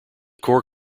core